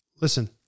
listen